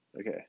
Okay